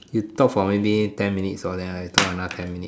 you talk for maybe ten minutes hor the I talk another ten minutes